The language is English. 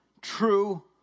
true